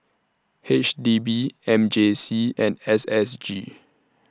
H D B M J C and S S G